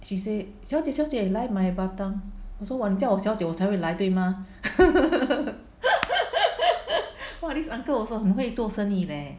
she say 小姐小姐你来买 batang 我说 !wah! 你叫我小姐我才会来对吗 !wah! this uncle also 很会做生意 leh